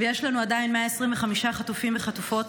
ויש לנו עדיין 125 חטופים וחטופות.